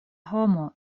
homo